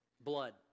Blood